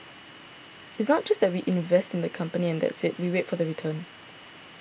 it's not just that we invest in the company and that's it we wait for the return